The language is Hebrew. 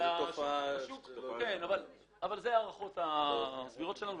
אלו הערכות זהירות שלנו.